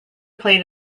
played